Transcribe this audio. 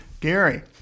Gary